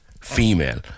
female